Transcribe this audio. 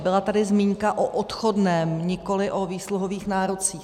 Byla tady zmínka o odchodném, nikoliv o výsluhových nárocích.